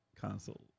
console